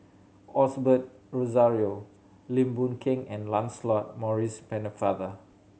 Osbert Rozario Lim Boon Keng and Lancelot Maurice Pennefather